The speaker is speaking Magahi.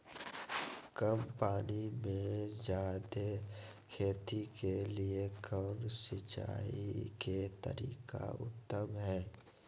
कम पानी में जयादे खेती के लिए कौन सिंचाई के तरीका उत्तम है?